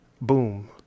boom